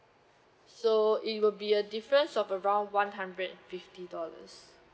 so it will be a difference of around one hundred and fifty dollars